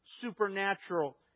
supernatural